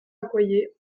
accoyer